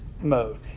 mode